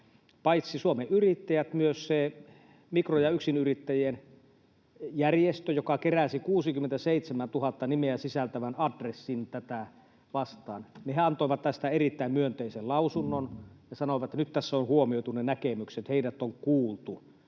paitsi Suomen Yrittäjät niin myös mikro- ja yksinyrittäjien järjestö, joka keräsi 67 000 nimeä sisältävän adressin tätä vastaan, antoivat tästä erittäin myönteisen lausunnon ja sanoivat, että nyt tässä on huomioitu ne näkemykset: heidät on kuultu.